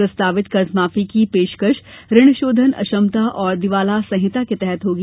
प्रस्तावित कर्जमाफी की पेशकश ऋणशोधन अक्षमता एवं दिवाला संहिता के तहत होगी